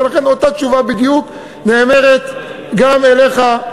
ולכן אותה תשובה בדיוק נאמרת גם לך,